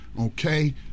Okay